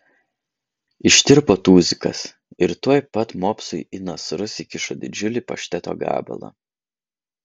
ištirpo tuzikas ir tuoj pat mopsui į nasrus įkišo didžiulį pašteto gabalą